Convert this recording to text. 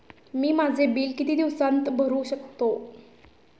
मी माझे बिल किती दिवसांत भरू शकतो?